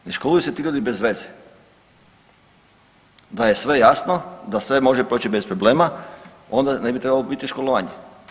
Ne školuju se ti ljudi bez veze da je sve jasno, da sve može proći bez problema onda ne bi trebalo biti školovanje.